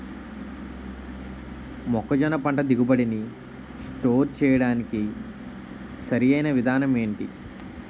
మొక్కజొన్న పంట దిగుబడి నీ స్టోర్ చేయడానికి సరియైన విధానం ఎంటి?